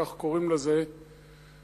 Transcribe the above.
כך קוראים לזה בצה"ל.